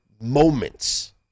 moments